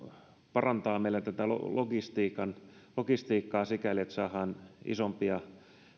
parantavat meillä logistiikkaa logistiikkaa sikäli että saadaan kuljetettua isompia